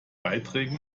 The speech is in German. beiträgen